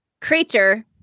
Creature